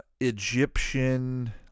Egyptian